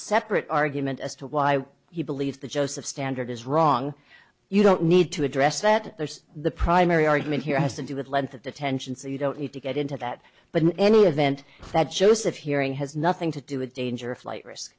separate argument as to why he believes the joseph standard is wrong you don't need to address that there's the primary argument here has to do with length of the tension so you don't need to get into that but in any event that shows that hearing has nothing to do with danger a flight risk